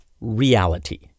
reality